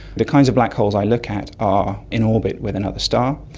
the kinds of black holes i look at are in orbit with another star,